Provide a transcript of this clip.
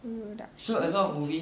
production stage